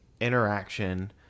interaction